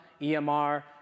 EMR